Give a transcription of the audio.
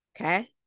okay